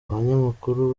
abanyamakuru